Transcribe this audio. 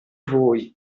voi